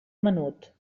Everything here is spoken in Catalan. menut